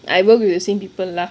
I work with the same people lah